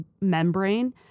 membrane